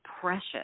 precious